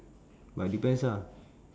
but depends ah